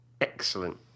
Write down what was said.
excellent